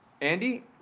Andy